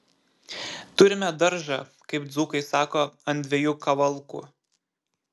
turime daržą kaip dzūkai sako ant dviejų kavalkų